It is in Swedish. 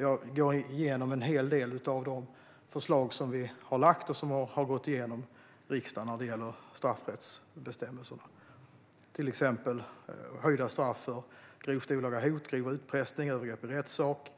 Jag går igenom en hel del av de förslag som vi har lagt fram och som har gått igenom riksdagen när det gäller straffbestämmelser, till exempel höjda straff för grovt olaga hot, grov utpressning, övergrepp i rättssak,